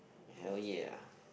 hell yeah